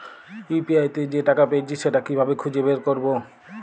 UPI তে যে টাকা পেয়েছি সেটা কিভাবে খুঁজে বের করবো?